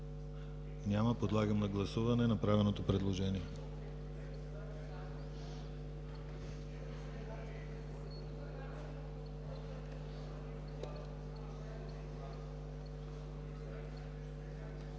Няма. Подлагам на гласуване направеното уточнение